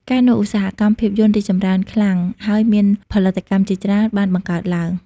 កាលនោះ ឧស្សាហកម្មភាពយន្តរីកចម្រើនខ្លាំង ហើយមានផលិតកម្មជាច្រើនបានបង្កើតឡើង។